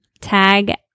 tag